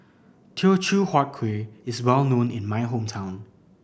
Teochew Huat Kuih is well known in my hometown